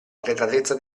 arretratezza